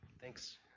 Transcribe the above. Thanks